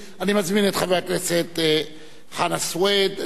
אני מזמין את חבר הכנסת חנא סוייד לבוא